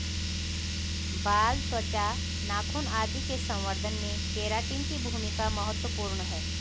बाल, त्वचा, नाखून आदि के संवर्धन में केराटिन की भूमिका महत्त्वपूर्ण है